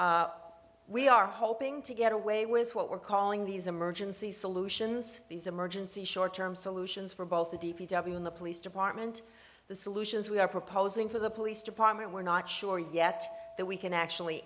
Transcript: forward we are hoping to get away with what we're calling these emergency solutions these emergency short term solutions for both the d p w in the police department the solutions we are proposing for the police department we're not sure yet that we can actually